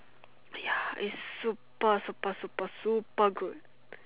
ya is super super super super good